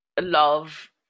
love